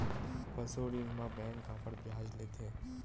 पशु ऋण म बैंक काबर ब्याज लेथे?